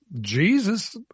Jesus